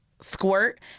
squirt